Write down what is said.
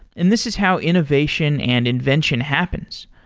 and this is how innovation and invention happens.